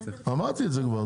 אמרתי את זה כבר.